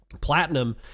Platinum